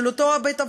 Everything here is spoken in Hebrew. של אותו בית-אבות,